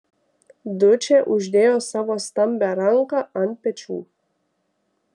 dučė uždėjo savo stambią ranką ant pečių